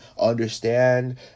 understand